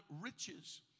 riches